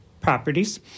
properties